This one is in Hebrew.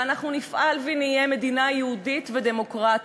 ואנחנו נפעל ונהיה מדינה יהודית ודמוקרטית,